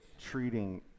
treating